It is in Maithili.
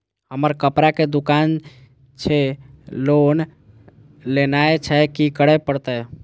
हमर कपड़ा के दुकान छे लोन लेनाय छै की करे परतै?